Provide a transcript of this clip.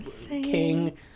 king